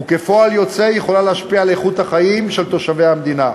וכפועל יוצא היא יכולה להשפיע על איכות החיים של תושבי המדינה.